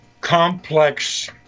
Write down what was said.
complex